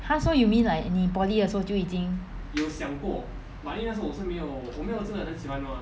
!huh! so you mean like 你 poly 的时候就已经